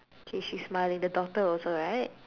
K she's smiling the daughter also right